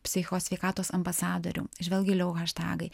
psichikos sveikatos ambasadorių žvelk giliau haštegai